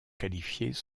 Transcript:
qualifiés